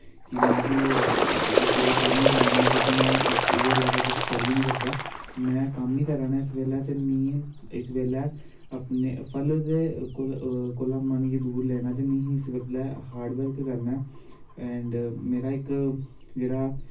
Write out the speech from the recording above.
कि में बी इस बेल्लै कम्म ई करा ना ऐं क्योंकि मैं एह्दे इलावा कुछ कर बी नी सकदा ते में कम्म ई करा ना इस बेल्लै ते मैं इस बेल्लैअपने फल दे कोला मतलव कि दूर लेना ते मीं इस बेल्लै हाड़ बर्क करना ऐ ऐंड मेरा इक जेह्ड़ा